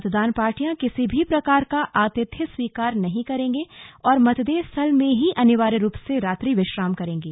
मतदान पार्टियां किसी भी प्रकार का आतिथ्य स्वीकार नहीं करेंगे और मतदेय स्थल में ही अनिवार्य रूप से रात्रि विश्राम करेंगे